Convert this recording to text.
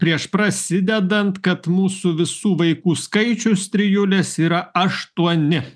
prieš prasidedant kad mūsų visų vaikų skaičius trijulės yra aštuoni